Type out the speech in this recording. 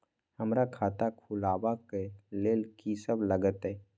हमरा खाता खुलाबक लेल की सब लागतै?